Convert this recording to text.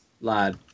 lad